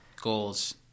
goals